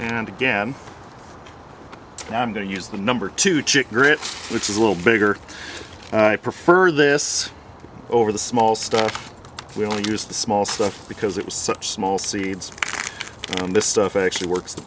and again i'm going to use the number two chick grits which is a little bigger prefer this over the small stuff we only use the small stuff because it was such small seeds on this stuff actually works the